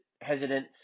hesitant